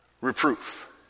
reproof